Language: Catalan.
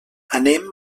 anem